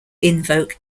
invoke